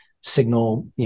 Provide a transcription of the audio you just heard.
signal